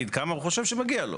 וחקיקה במשרד להגנת הסביבה.